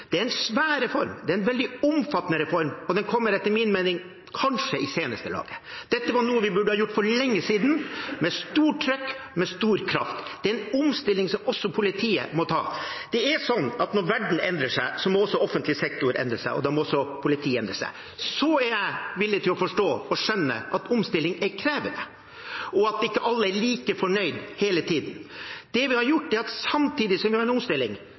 Det er en svær reform. Det er en veldig omfattende reform, og den kommer etter min mening kanskje i seneste laget. Dette er noe vi burde ha gjort for lenge siden – med stort trykk og med stor kraft. Det er en omstilling som også politiet må ta. Når verden endrer seg, må også offentlig sektor, endre seg, og da må også politiet endre seg. Jeg er villig til å forstå og skjønne at omstilling er krevende, og at ikke alle er like fornøyd hele tiden. Det vi har gjort, er at samtidig som vi har hatt en omstilling,